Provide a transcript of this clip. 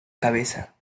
cabeza